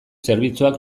zerbitzuak